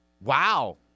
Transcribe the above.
Wow